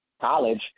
college